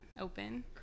open